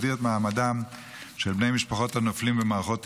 מסדיר את מעמדם של בני משפחות הנופלים במערכות ישראל,